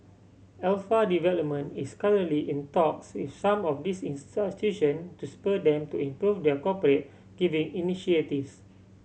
Alpha Development is currently in talks with some of these institution to spur them to improve their corporate giving initiatives